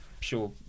sure